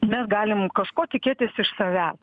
mes galim kažko tikėtis iš savęs